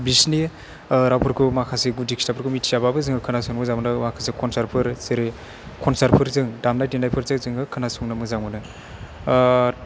बिसोरनि रावफोरखौ माखासे गुदि खिथाफोरखौ मिथियाबाबो जोङो खोनासंनो मोजां मोनो माखासे खनसारफोर जेरै खनसारफोरजों दामनाय देनायफोर जे जोङो खोनासंनो मोजां मोनो